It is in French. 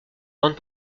grande